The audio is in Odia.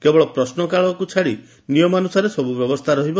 କେବଳ ପ୍ରଶ୍ନ କାଳରେ ଛାଡି ନିୟମାନୁସାରେ ସବୁ ବ୍ୟବସ୍ଚା ରହିବ